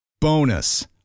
Bonus